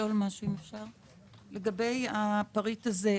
לגבי הפריט הזה,